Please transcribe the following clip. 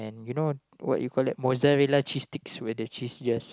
you know what you call that mozzarella cheese sticks with the cheese yes